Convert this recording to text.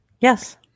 Yes